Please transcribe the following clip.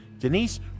Denise